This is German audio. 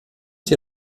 dir